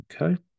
okay